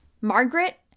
Margaret